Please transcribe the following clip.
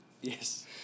Yes